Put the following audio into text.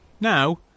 Now